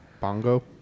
bongo